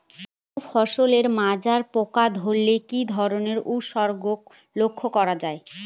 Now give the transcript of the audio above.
কোনো ফসলে মাজরা পোকা ধরলে কি ধরণের উপসর্গ লক্ষ্য করা যায়?